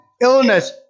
illness